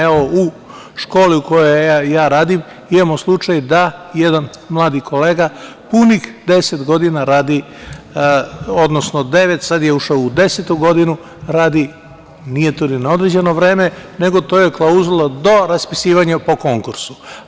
Evo, u školi u kojoj ja radim, imamo slučaj da jedan mladi kolega punih devet godina, sad je ušao u desetu godinu, radi, nije to ni na određeno vreme, nego to je klauzula - do raspisivanja po konkursu.